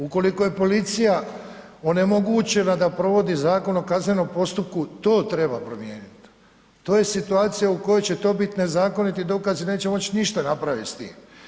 Ukoliko je policija onemogućena da provodi Zakon o kaznenom postupku, to treba promijeniti, to je situacija u kojoj će to biti nezakoniti dokazi i neće moći ništa napraviti s tim.